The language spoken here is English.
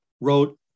wrote